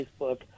Facebook